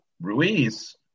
Ruiz